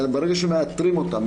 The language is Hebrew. ברגע שמאתרים אותם,